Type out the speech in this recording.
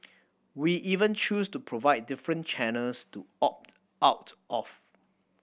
we even choose to provide different channels to opt out of